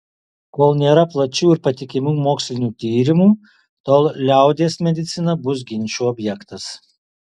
kol nėra plačių ir patikimų mokslinių tyrimų tol liaudies medicina bus ginčų objektas